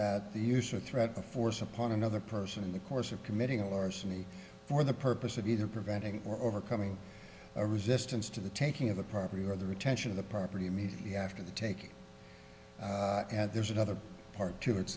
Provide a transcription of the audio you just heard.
that the use of threat of force upon another person in the course of committing a larceny for the purpose of either preventing or overcoming a resistance to the taking of the property or the retention of the property immediately after the taking at there's another part to it's